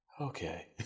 okay